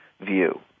View